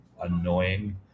annoying